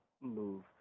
move